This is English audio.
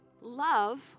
love